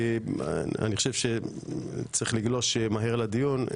כי אני חושב שצריך לגלוש מהר לדיון.